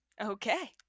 Okay